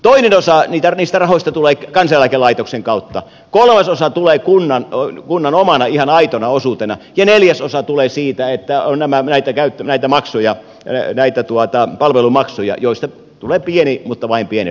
toinen osa niistä rahoista tulee kansaneläkelaitoksen kautta kolmas osa tulee kunnan omana ihan aitona osuutena ja neljäs osa tulee siitä että on näitä maksuja näitä palvelumaksuja joista tulee pieni mutta vain pieni rahoitusosuus